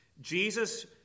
Jesus